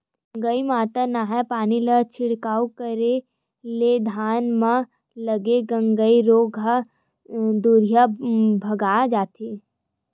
गंगई माता के नंहाय पानी ला छिड़काव करे ले धान म लगे गंगई रोग ह दूरिहा भगा जथे